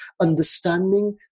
understanding